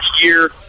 year